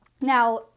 now